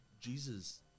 jesus